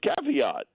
caveat